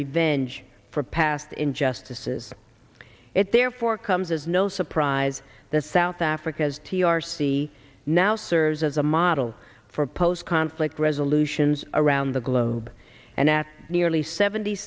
revenge for past injustices it therefore comes as no surprise the south africa's t r c now serves as a model for post conflict resolutions around the globe and at nearly seventy